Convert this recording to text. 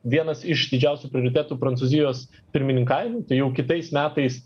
vienas iš didžiausių prioritetų prancūzijos pirmininkavimui tai jau kitais metais